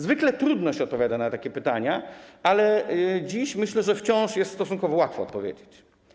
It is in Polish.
Zwykle trudno się odpowiada na takie pytania, ale dziś, myślę, że wciąż jest stosunkowo łatwo odpowiedzieć.